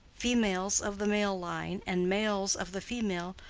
females of the male line, and males of the female,